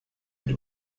mit